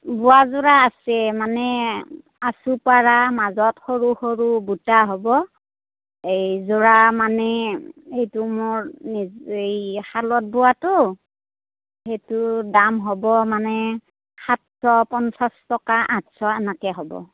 বোৱা যোৰা আছে মানে আঁচু পাৰা মাজত সৰু সৰু বুটা হ'ব এইযোৰা মানে এইটো মোৰ নিজেই শালত বোৱাটো সেইটো দাম হ'ব মানে সাতশ পঞ্চাশ টকা আঠশ এনেকে হ'ব